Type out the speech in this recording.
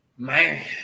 man